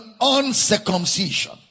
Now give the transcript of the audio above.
uncircumcision